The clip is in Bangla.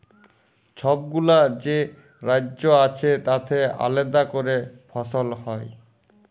ছবগুলা যে রাজ্য আছে তাতে আলেদা ক্যরে ফসল হ্যয়